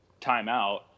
timeout